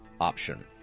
option